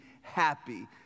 happy